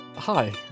Hi